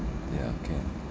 yeah can